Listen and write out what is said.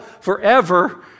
forever